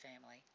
family